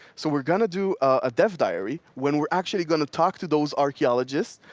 so we're going to do a dev diary when we're actually going to talk to those archaeologists.